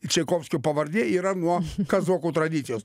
ir čeikovskio pavardė yra nuo kazokų tradicijos